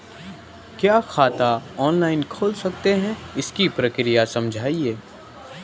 क्या खाता ऑनलाइन खोल सकते हैं इसकी प्रक्रिया समझाइए?